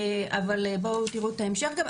אבל בואו תראו את ההמשך גם,